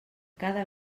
cada